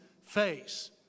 face